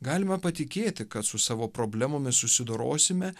galime patikėti kad su savo problemomis susidorosime